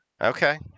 okay